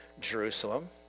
Jerusalem